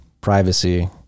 privacy